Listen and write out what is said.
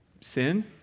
sin